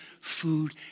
food